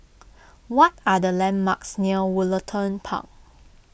what are the landmarks near Woollerton Park